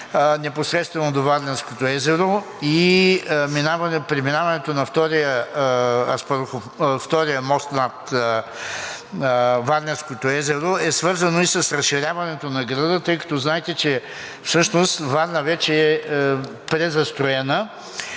непосредствено до Варненското езеро, и преминаването на втория мост над Варненското езеро, е свързано и с разширяването на града, тъй като знаете, че Варна вече е презастроена